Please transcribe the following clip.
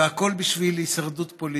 והכול בשביל הישרדות פוליטית.